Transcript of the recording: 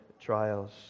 trials